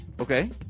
Okay